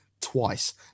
twice